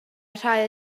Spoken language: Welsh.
rhai